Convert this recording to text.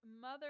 mother